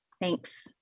Thanks